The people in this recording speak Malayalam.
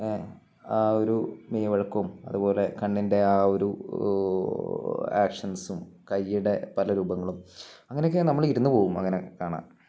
ആ ഒരു മെയ് വഴക്കം അതുപോലെ കണ്ണിൻ്റെ ആ ഒരു ആക്ഷൻസും കയ്യുടെ പല രൂപങ്ങളും അങ്ങനെയൊക്കെ നമ്മള് ഇരുന്നുപോകും അങ്ങനെ കാണാന്